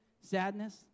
sadness